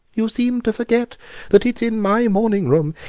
you seem to forget that it's in my morning-room,